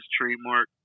trademark